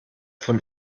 von